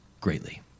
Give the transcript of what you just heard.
greatly